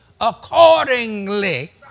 accordingly